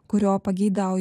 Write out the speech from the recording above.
kurio pageidauja